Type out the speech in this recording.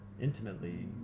intimately